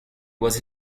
was